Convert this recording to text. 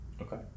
Okay